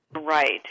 Right